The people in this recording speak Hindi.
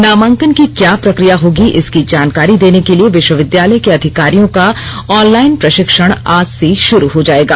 नामांकन की क्या प्रक्रिया होगी इसकी जानकारी देने के लिए विश्वविद्यालय के अधिकारियों का ऑनलाइन प्रशिक्षण आज से शुरू हो जाएगा